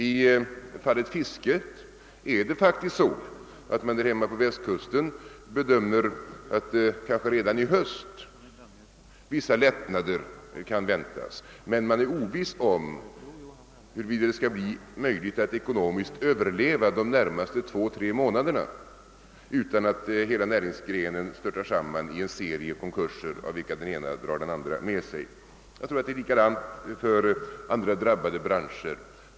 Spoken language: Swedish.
Beträffande fisket tror man faktiskt hemma på Västkusten att vissa lättnanader kan väntas, kanske redan i höst, men man är oviss om huruvida det skall bli möjligt att ekonomiskt överleva de närmaste två, tre månaderna utan att hela näringsgrenen störtar samman i en serie konkurser, av vilka den ena drar den andra med sig. Jag tror det är likadant för andra drabbade branscher.